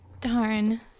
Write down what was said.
darn